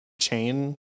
chain